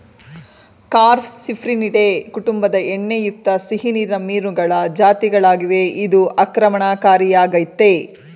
carp Cyprinidae ಕುಟುಂಬದ ಎಣ್ಣೆಯುಕ್ತ ಸಿಹಿನೀರಿನ ಮೀನುಗಳ ಜಾತಿಗಳಾಗಿವೆ ಇದು ಆಕ್ರಮಣಕಾರಿಯಾಗಯ್ತೆ